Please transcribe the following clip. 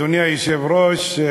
אדוני היושב-ראש,